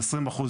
שלא לומר מוטעה,